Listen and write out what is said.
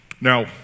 Now